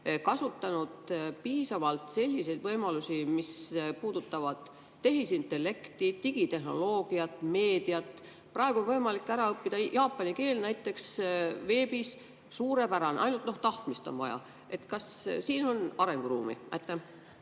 küsin siiski – selliseid võimalusi, mis puudutavad tehisintellekti, digitehnoloogiat, meediat? Praegu on võimalik ära õppida näiteks jaapani keel veebis. Suurepärane, ainult tahtmist on vaja! Kas siin on arenguruumi?